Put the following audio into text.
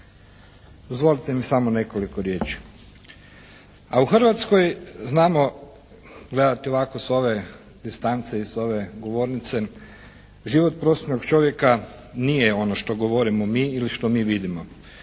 Dozvolite mi samo nekoliko riječi. Pa u Hrvatskoj znamo gledati ovako s ove distance i s ove govornice, život prosječnog čovjeka nije ono što govorimo mi ili ono što vidimo,